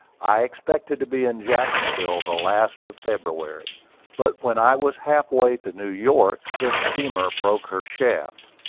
i expected to be in jacksonville the last of february but when i was half-way to new york the steamer broke her shaft,